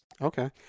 okay